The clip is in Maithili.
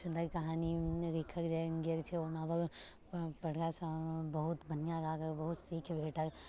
सुंदर कहानी लिखल गेल छै ओ नोवल पढ़ला सँ बहुत बढ़िऑं लागल बहुत सीख भेटल